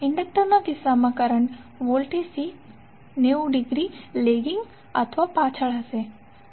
ઇન્ડક્ટરના કિસ્સામાં કરંટ વોલ્ટેજથી 90 ડિગ્રી લેગિંગ અથવા પાછળ હશે